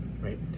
right